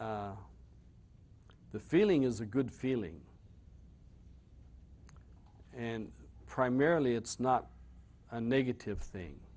alcohol the feeling is a good feeling and primarily it's not a negative thing